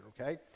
okay